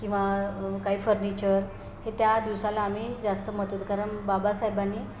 किंवा काही फर्निचर हे त्या दिवसाला आम्ही जास्त कारण बाबासाहेबांनी